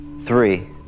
three